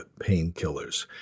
painkillers